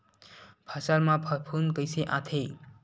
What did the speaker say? फसल मा फफूंद कइसे आथे?